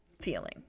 feeling